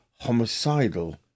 homicidal